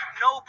no